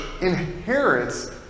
inherits